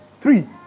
Three